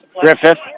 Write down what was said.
Griffith